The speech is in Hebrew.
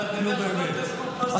זאת אומרת שאפשר לשנות, נו, באמת.